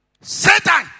Satan